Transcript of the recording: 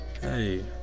Hey